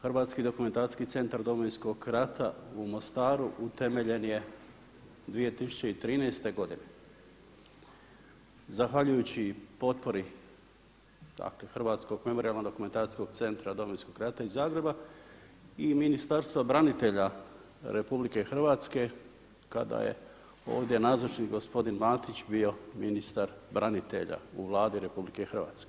Hrvatski dokumentacijski centar Domovinskog rata u Mostaru utemeljen je 2013. godine, zahvaljujući potpori Hrvatskog memorijalno-dokumentacijskog centara Domovinskog rata iz Zagreba i Ministarstva branitelja RH kada je ovdje nazočni gospodin Matić bio ministar branitelja u Vladi RH.